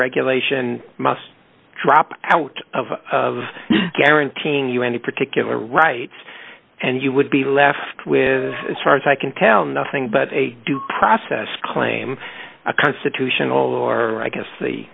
regulation must drop out of guaranteeing you any particular rights and you would be left with as far as i can tell nothing but a due process claim a constitutional or i guess the